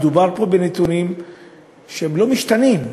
מדובר פה בנתונים שהם לא משתנים,